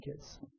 kids